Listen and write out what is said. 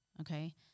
okay